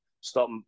stop